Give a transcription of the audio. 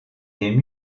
des